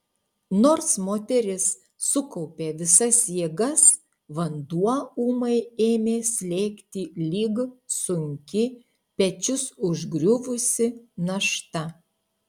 nors moteris sukaupė visas jėgas vanduo ūmai ėmė slėgti lyg sunki pečius užgriuvusi našta